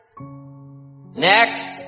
Next